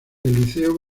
liceo